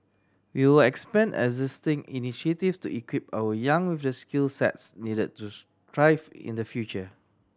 we will expand existing initiatives to equip our young the skill sets needed to thrive in the future